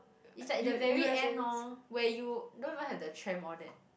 it's like the very end orh where you don't even have the tram all that